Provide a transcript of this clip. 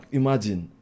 imagine